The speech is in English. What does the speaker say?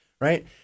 right